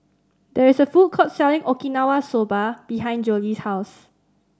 there is a food court selling Okinawa Soba behind Jolie's house